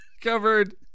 covered